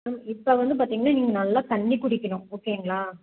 இப்போ வந்து பார்த்தீங்கன்னா நீங்கள் நல்லா தண்ணி குடிக்கணும் ஓகேங்களா